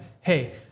hey